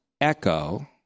echo